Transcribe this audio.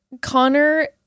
Connor